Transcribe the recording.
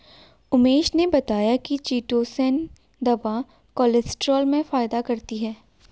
उमेश ने बताया कि चीटोसोंन दवा कोलेस्ट्रॉल में फायदा करती है